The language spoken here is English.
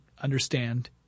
understand